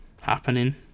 happening